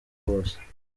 bose